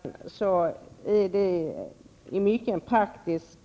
Herr talman! När det gäller förändringen av samordningstiden är detta en mycket praktisk